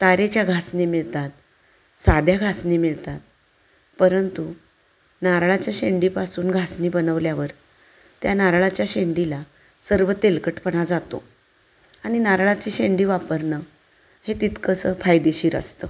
तारेच्या घासणी मिळतात साध्या घासणी मिळतात परंतु नारळाच्या शेंडीपासून घासणी बनवल्यावर त्या नारळाच्या शेंडीला सर्व तेलकटपणा जातो आणि नारळाची शेंडी वापरणं हे तितकंसं फायदेशीर असतं